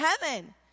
heaven